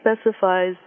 specifies